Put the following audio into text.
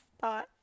thought